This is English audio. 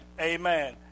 Amen